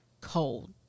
Cold